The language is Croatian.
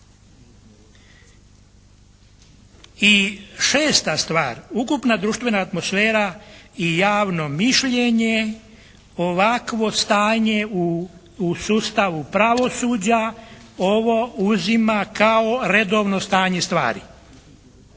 I šesta stvar ukupna društvena atmosfera i javno mišljenje ovakvo stanje u sustavu pravosuđa ovo uzima kao redovno stanje stvari